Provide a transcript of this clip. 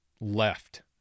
left